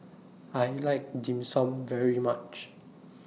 I like Dim Sum very much